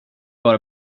bara